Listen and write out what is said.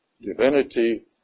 divinity